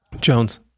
Jones